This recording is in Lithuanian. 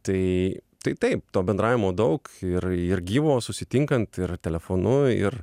tai tai taip to bendravimo daug ir ir gyvo susitinkant ir telefonu ir